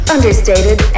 Understated